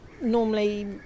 Normally